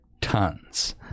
tons